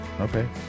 Okay